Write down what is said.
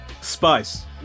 Spice